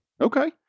Okay